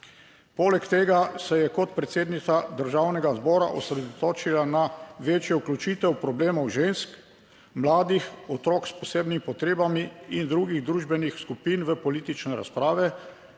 Poleg tega se je kot predsednica Državnega zbora osredotočila na večjo vključitev problemov žensk, mladih, otrok s posebnimi potrebami in drugih družbenih skupin v politične razprave,